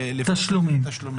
לפרוס לתשלומים.